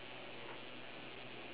okay